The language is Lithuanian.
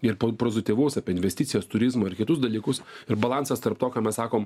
ir pozityvaus apie investicijas turizmo ir kitus dalykus ir balansas tarp to ką mes sakom